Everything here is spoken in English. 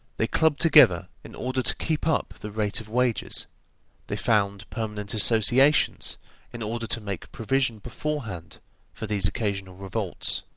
they club together in order to keep up the rate of wages they found permanent associations in order to make provision beforehand for these occasional revolts.